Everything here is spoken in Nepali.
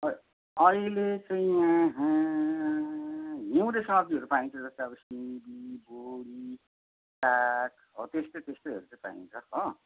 अ अहिले चाहिँ यहाँ हिउँदे सब्जीहरू पाइन्छ जस्तै अब सिमी बोडी साग हौ त्यस्तै त्यस्तैहरू चाहिँ पाइन्छ हो